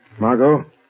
Margot